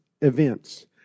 events